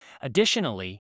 Additionally